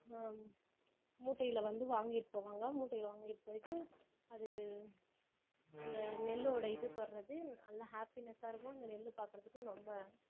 மூட்டையில் வந்து வாங்கிட்டு போவாங்க மூட்டையில் வாங்கிட்டு போயிட்டு அது அந்த நெல்லோடைய இது தொடுறது நல்ல ஹாப்பினஸாக இருக்கும் அந்த நெல் பார்க்கறதுக்கு ரொம்ப